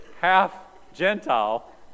half-Gentile